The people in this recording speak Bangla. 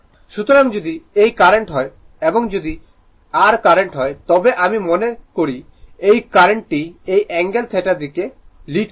সুতরাং যদি এটি কারেন্ট হয় এবং যদি r কারেন্ট হয় তবে আমি মনে করুন এই কারেন্ট টি এই অ্যাঙ্গেল θ টিকে লিড করছে